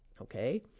okay